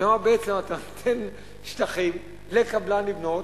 אתה בעצם נותן שטחים לקבלן לבנות,